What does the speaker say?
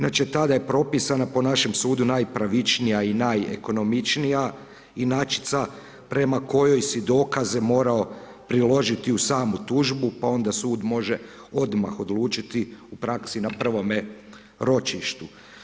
Znači od tada je propisano po našem sudu najpravičnija i najekonomičnija inačica prema kojoj si dokaze morao priložiti uz samu tužbu pa onda sud može odmah odlučiti u praksi na prvome ročištu.